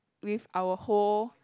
with our whole